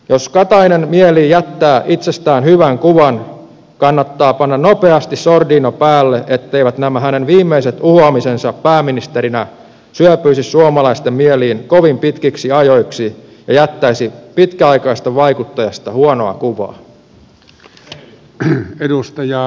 jos katainen mielii jättää itsestään hyvän kuvan kannattaa panna nopeasti sordiino päälle etteivät nämä hänen viimeiset uhoamisensa pääministerinä syöpyisi suomalaisten mieliin kovin pitkiksi ajoiksi ja jättäisi pitkäaikaisesta vaikuttajasta huonoa kuvaa